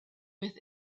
with